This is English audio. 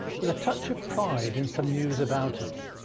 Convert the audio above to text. with a touch of pride in some news about us.